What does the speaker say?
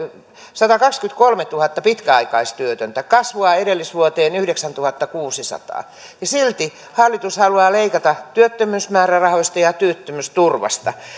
satakaksikymmentäkolmetuhatta pitkäaikaistyötöntä kasvua edellisvuoteen on yhdeksäntuhattakuusisataa ja silti hallitus haluaa leikata työttömyysmäärärahoista ja työttömyysturvasta